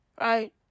right